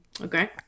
Okay